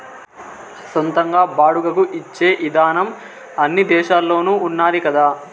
సొంతంగా బాడుగకు ఇచ్చే ఇదానం అన్ని దేశాల్లోనూ ఉన్నాది కదా